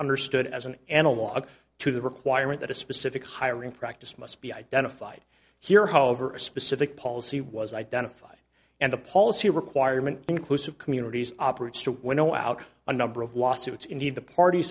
understood as an analog to the requirement that a specific hiring practice must be identified here however a specific policy was identified and the policy requirement inclusive communities operates to winnow out a number of lawsuits indeed the part